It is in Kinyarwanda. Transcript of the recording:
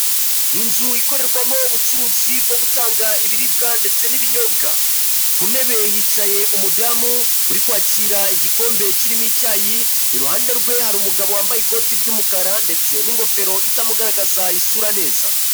Inzu ikorerwamo ubucuruzi bwo gutanga ibiribwa ndetse n'ibinyobwa, ku ntebe hicaye umudamu uri kwakira igikombe kirimo icyayi iruhande rwe hari umugabo wambaye ikoti ry'umukara ndetse n'ingofero itamugaragaza isura neza.